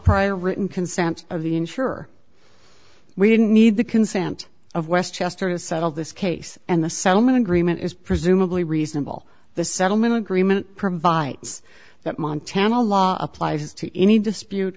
prior written consent of the insurer we didn't need the consent of westchester to settle this case and the settlement agreement is presumably reasonable the settlement agreement provides that montana law applies to any dispute